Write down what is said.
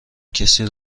کسی